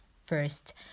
first